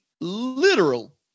literal